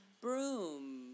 broom